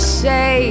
say